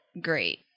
great